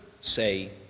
say